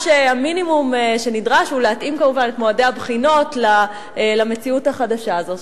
המינימום שנדרש הוא להתאים כמובן את מועדי הבחינות למציאות החדשה הזאת.